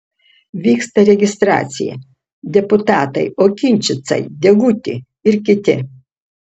vyksta registracija deputatai okinčicai deguti ir kiti